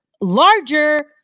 Larger